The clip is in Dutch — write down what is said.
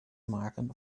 maken